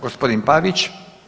Gospodin Pavić.